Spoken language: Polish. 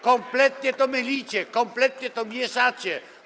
Kompletnie to mylicie, kompletnie to mieszacie.